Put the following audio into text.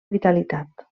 vitalitat